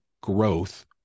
growth